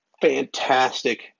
fantastic